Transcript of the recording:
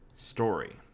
Story